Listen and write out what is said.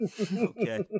Okay